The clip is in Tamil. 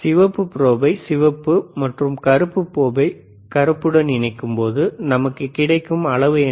சிவப்பு ப்ரோபை சிவப்பிற்கும் மற்றும் கருப்பு ப்ரோபை கருப்புடன் இணைக்கும்போது நமக்கு கிடைக்கும் அளவு என்ன